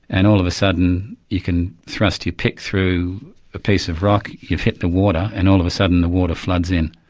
and all of a sudden you can thrust your pick through a piece of rock, you've hit the water and all of a sudden the water floods in.